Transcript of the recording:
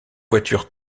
voiture